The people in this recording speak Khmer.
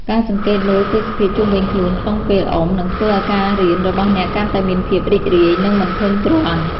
ការសង្កេតមើលទេសភាពជុំវិញខ្លួនក្នុងពេលអុំ នឹងធ្វើឱ្យការរៀនរបស់អ្នកកាន់តែមានភាពរីករាយ និងមិនធុញទ្រាន់។